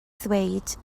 ddweud